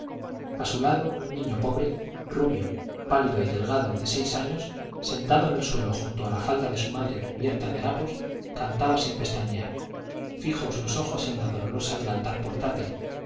a su lado un niño pobre rubio pálido y delgado de seis años sentado en el suelo junto a la falda de su madre cubierta de harapos cantaba sin pestañear fijos los ojos en la dolorosa del altar portátil